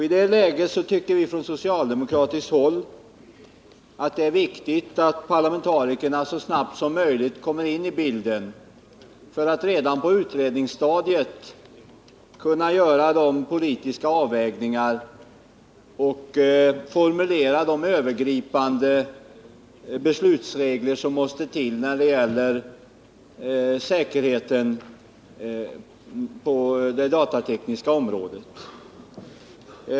I det läget tycker vi från socialdemokratiskt håll att det är viktigt att parlamentarikerna så snabbt som möjligt kommer in i bilden för att redan på utredningsstadiet kunna göra de politiska avvägningar och formulera de övergripande beslutsregler som måste till när det gäller säkerheten på det datatekniska området.